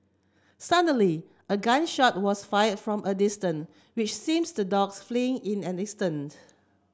suddenly a gun shot was fired from a distance which seems the dogs fleeing in an instant